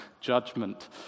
judgment